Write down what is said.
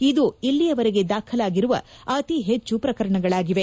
ಇದು ಇಲ್ಲಿಯವರೆಗೆ ದಾಖಲಾಗಿರುವ ಅತಿ ಹೆಚ್ಚು ಪ್ರಕರಣಗಳಾಗಿವೆ